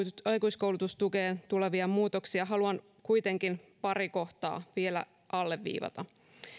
aikuiskoulutustukeen tulevia muutoksia haluan kuitenkin paria kohtaa vielä alleviivata